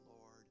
Lord